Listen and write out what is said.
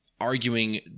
arguing